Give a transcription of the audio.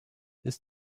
ist